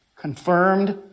Confirmed